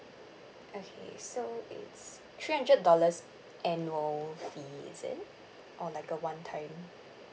okay so it's three hundred dollars annual fee is it or like a one time